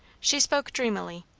she spoke dreamily.